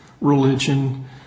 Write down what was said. religion